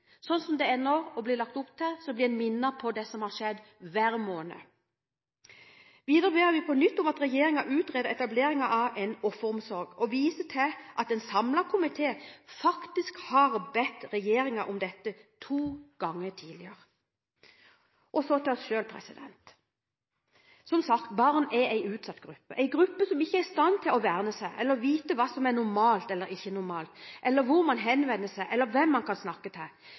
Sånn som det er og blir lagt opp til nå, blir en minnet på det som har skjedd, hver måned. Videre ber vi på nytt om at regjeringen utreder etableringen av en offeromsorg og viser til at en samlet komité faktisk har bedt regjeringen om dette to ganger tidligere. Så til oss selv. Som sagt: Barn er en utsatt gruppe, en gruppe som ikke er i stand til å verne seg selv eller vite hva som er normalt eller ikke normalt, eller hvor man henvender seg eller hvem man kan snakke til.